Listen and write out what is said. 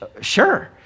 Sure